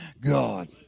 God